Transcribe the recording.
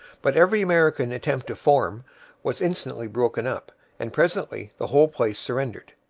but every american attempt to form was instantly broken up and presently the whole place surrendered.